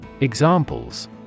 Examples